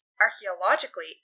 Archaeologically